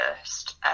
first